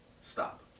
Stop